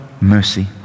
mercy